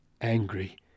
angry